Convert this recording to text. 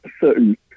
certain